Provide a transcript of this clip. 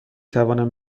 توانم